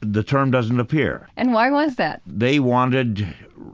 the term doesn't appear and why was that? they wanted